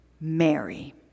Mary